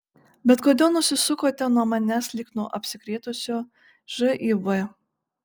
bet kodėl nusisukote nuo manęs lyg nuo apsikrėtusio živ